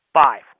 five